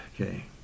Okay